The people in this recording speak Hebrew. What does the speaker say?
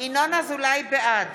בעד